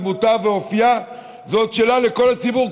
דמותה ואופייה זאת שאלה לכל הציבור,